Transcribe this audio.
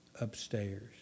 upstairs